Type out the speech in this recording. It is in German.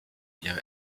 ihr